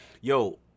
yo